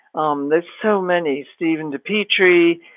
um there's so many stephen dippie tree.